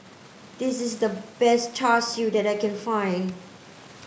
this is the best char Siu that I can find